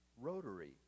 Rotary